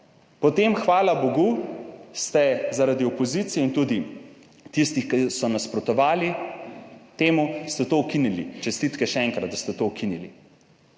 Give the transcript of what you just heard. Potem hvala bogu ste zaradi opozicije in tudi tistih, ki so nasprotovali temu, ste to ukinili. Čestitke še enkrat, da ste to ukinili,